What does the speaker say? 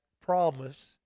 promise